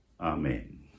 Amen